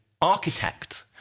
architect